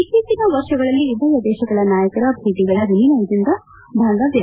ಇತ್ತೀಚನ ವರ್ಷಗಳಲ್ಲಿ ಉಭಯ ದೇಶಗಳ ನಾಯಕರ ಭೇಟಗಳ ವಿನಿಮಯದಿಂದ ಬಾಂಧನ್ಲ